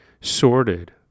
sorted